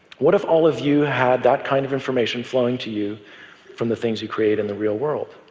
what if all of you had that kind of information flowing to you from the things you create in the real world?